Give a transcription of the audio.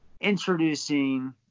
Introducing